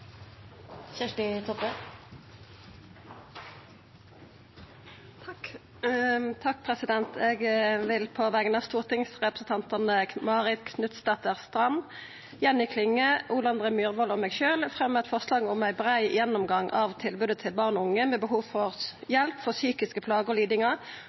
Kjersti Toppe vil framsette et representantforslag. Eg vil på vegner av stortingsrepresentantane Marit Knutsdatter Strand, Jenny Klinge, Ole André Myhrvold og meg sjølv fremja eit forslag om ein brei gjennomgang av tilbodet til barn og unge med behov for hjelp for psykiske plager og lidingar